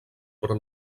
però